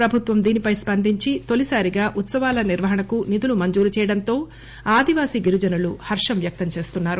ప్రభుత్వం దీనిపై స్పందించి తొలిసారిగా ఉత్పవాల నిర్వహణకు నిధులు మంజురు చేయడంతో ఆదివాసీ గిరిజనులు హర్షం వ్యక్తం చేస్తున్నారు